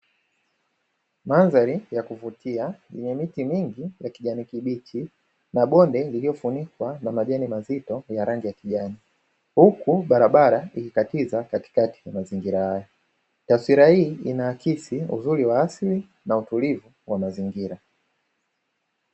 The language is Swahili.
Mandhari ya kuvutia, yenye miti mingi ya kijani kibichi na bonde lililofunikwa na majani mazito ya rangi ya kijani, huku barabara ikikatiza katikati ya mazingira haya. Taswira hii inaakisi uzuri wa asili na utulivu wa mazingira.